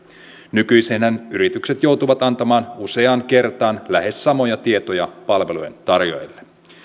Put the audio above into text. nykyisinhän yritykset joutuvat antamaan useaan kertaan lähes samoja tietoja palvelujen tarjoajille